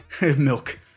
Milk